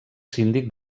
síndic